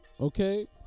Okay